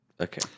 Okay